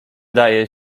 daje